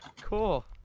Cool